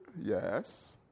Yes